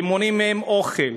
הם מונעים מהם אוכל.